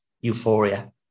euphoria